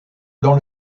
dans